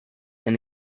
and